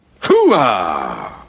Hooah